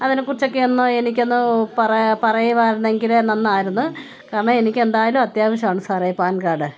അതിനെക്കുറിച്ചൊക്കെ ഒന്ന് എനിക്കൊന്ന് പറയുക പറയുകയായിരുന്നെങ്കിൽ നന്നായിരുന്നു കാരണം എനിക്കെന്തായാലും അത്യാവശ്യവാണ് സാറെ പാന് കാഡ്